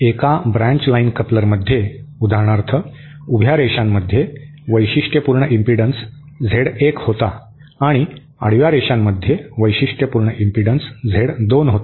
एका branch line कपलरमध्ये उदाहरणार्थ उभ्या रेषांमध्ये वैशिष्ट्यपूर्ण इम्पीडन्स झेड 1 होता आणि आडव्या रेषांमध्ये वैशिष्ट्यपूर्ण इम्पीडन्स झेड 2 होता